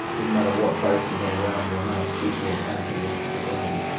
doesn't matter what base you have around your house, it will anchor this to the ground.